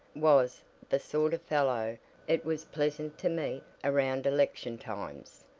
was the sort of fellow it was pleasant to meet around election times.